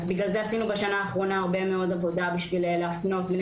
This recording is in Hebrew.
בגלל זה עשינו בשנה האחרונה הרבה מאוד עבודה בשביל להפנות בני